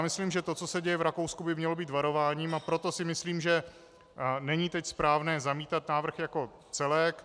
Myslím, že to, co se děje v Rakousku by mělo být varováním, a proto si myslím, že není teď správné zamítat návrh jako celek.